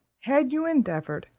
had you endeavoured,